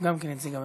גם כן נציג הממשלה.